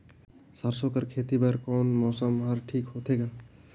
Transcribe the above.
सरसो कर खेती बर कोन मौसम हर ठीक होथे ग?